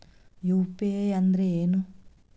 UPI ಅಂದ್ರೆ ಏನು?